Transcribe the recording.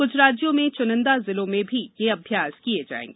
कुछ राज्यों में चुनिंदा जिलों में भी यह अभ्यास किया जाएगा